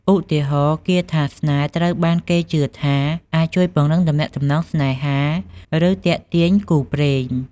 ឧទាហរណ៍ គាថាស្នេហ៍ត្រូវបានគេជឿថាអាចជួយពង្រឹងទំនាក់ទំនងស្នេហា ឬទាក់ទាញគូព្រេង។